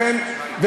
זה